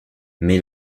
mais